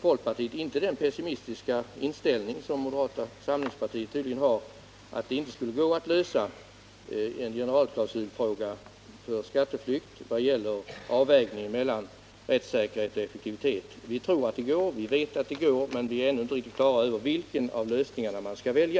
folkpartiet inte har den pessimistiska inställning som moderata samlingspartiet tydligen har, nämligen att det inte skulle gå att lösa problemet med avvägningen mellan rättssäkerhet och effektivitet när det gäller en generalklausul mot skatteflykt. Vi vet att det går, men vi är ännu inte på det klara med vilken av lösningarna som man bör välja.